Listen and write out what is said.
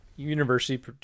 university